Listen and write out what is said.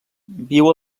viu